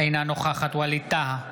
אינה נוכחת ווליד טאהא,